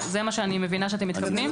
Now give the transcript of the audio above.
זה מה שאני מבינה שאתם מתכוונים.